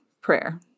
prayer